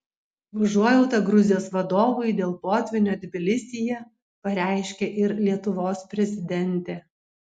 užuojautą gruzijos vadovui dėl potvynio tbilisyje pareiškė ir lietuvos prezidentė